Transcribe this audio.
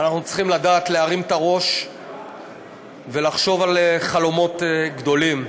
אנחנו צריכים לדעת להרים את הראש ולחשוב על חלומות גדולים.